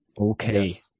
Okay